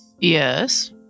Yes